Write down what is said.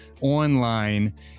online